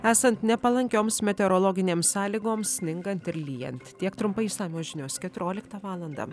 esant nepalankioms meteorologinėms sąlygoms sningant ir lyjant tiek trumpai išsamios žinios keturioliktą valandą